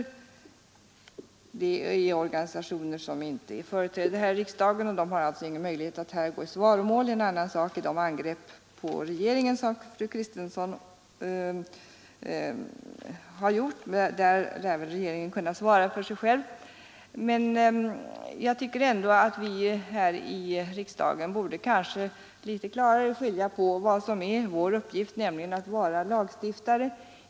Det är organisationer som inte är företrädda här i riksdagen och som alltså inte har möjlighet att här gå i svaromål. En annan sak är de angrepp på regeringen som fru Kristensson har gjort — regeringen lär väl kunna svara för sig själv. Jag tycker ändå att vi här i riksdagen litet klarare borde skilja på vad som är vår uppgift, nämligen att vara lagstiftare, och annat.